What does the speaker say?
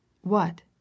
What